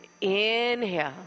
inhale